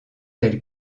telles